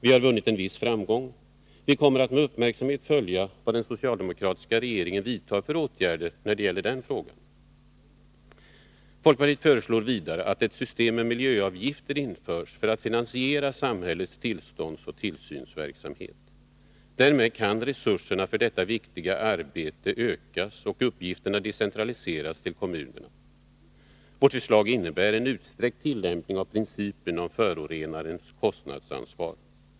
Vi har vunnit en viss framgång. Vi kommer att med uppmärksamhet följa vilka åtgärder den socialdemokratiska regeringen vidtar när det gäller den frågan. Folkpartiet föreslår vidare att ett system med miljöavgifter införs för att finansiera samhällets tillståndsoch tillsynsverksamhet. Därmed kan resurserna för detta viktiga arbete ökas och uppgifterna decentraliseras till kommunerna. Vårt förslag innebär en utsträckt tillämpning av principen om förorenarens kostnadsansvar.